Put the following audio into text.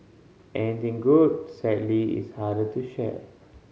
anything good sadly is harder to share